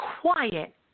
quiet